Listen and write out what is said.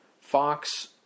Fox